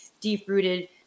deep-rooted